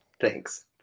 Thanks